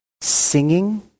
Singing